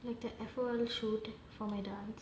like the F_O_L shoot for my dance